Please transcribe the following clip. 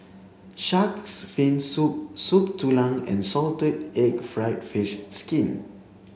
shark's fin soup Soup Tulang and salted egg fried fish skin